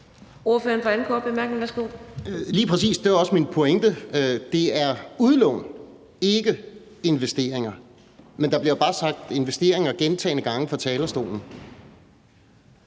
det er også min pointe. Det er udlån, ikke investeringer; men der bliver bare sagt »investeringer« gentagne gange på talerstolen.